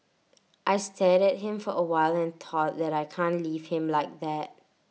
I stared at him for A while and thought that I can't leave him like that